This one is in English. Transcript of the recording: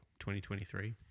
2023